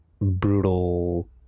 Brutal